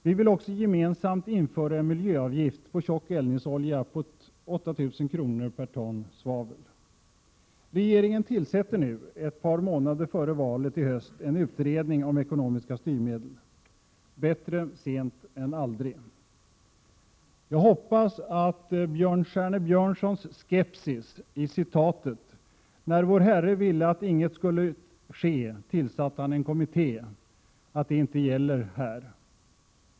Vi vill också gemensamt införa en miljöavgift på tjock eldningsolja om 8 000 kr. per ton svavel. Regeringen tillsätter nu — ett par månader före valet — en utredning om = Prot. 1987/88:134 ekonomiska styrmedel. Bättre sent än aldrig. 6 juni 1988 Jag hoppas att Björnstjerne Björnsons skepsis i citatet ”När vår herre ville att inget skulle ske tillsatte han en kommitté” inte gäller här.